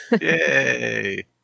Yay